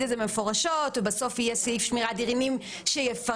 את זה מפורשות ובסוף יהיה סעיף שמירת דינים שיפרט.